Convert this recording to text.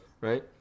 Right